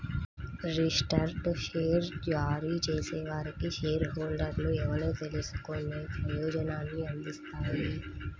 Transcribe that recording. registered share జారీ చేసేవారికి share హోల్డర్లు ఎవరో తెలుసుకునే ప్రయోజనాన్ని అందిస్తాయి